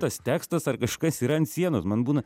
tas tekstas ar kažkas yra ant sienos man būna